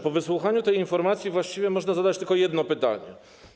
Po wysłuchaniu tej informacji właściwie można zadać tylko jedno pytanie: